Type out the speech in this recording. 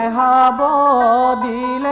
and da da da like